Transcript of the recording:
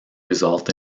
result